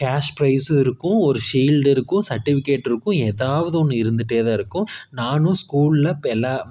cash பிரைஸும் இருக்கும் ஒரு ஷீல்டு இருக்குது சர்ட்டிஃபிகேட் இருக்கும் ஏதாவது ஒன்று இருந்துகிட்டே தான் இருக்கும் நானும் ஸ்கூலில் இப்போ எல்லா